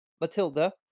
Matilda